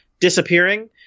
disappearing